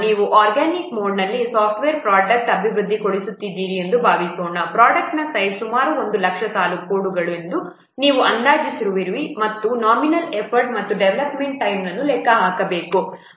ನೀವು ಆರ್ಗ್ಯಾನಿಕ್ ಮೋಡ್ನಲ್ಲಿ ಸಾಫ್ಟ್ವೇರ್ ಪ್ರೊಡಕ್ಟ್ನನ್ನು ಅಭಿವೃದ್ಧಿಪಡಿಸುತ್ತಿದ್ದೀರಿ ಎಂದು ಭಾವಿಸೋಣ ಪ್ರೊಡಕ್ಟ್ನ ಸೈಜ್ ಸುಮಾರು 1 ಲಕ್ಷ ಸಾಲುಗಳ ಕೋಡ್ಗಳೆಂದು ನೀವು ಅಂದಾಜಿಸಿರುವಿರಿ ನಾವು ನಾಮಿನಲ್ ಎಫರ್ಟ್ ಮತ್ತು ಡೆವಲಪ್ಮೆಂಟ್ ಟೈಮ್ನನ್ನು ಲೆಕ್ಕ ಹಾಕಬೇಕು